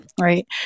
right